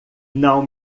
não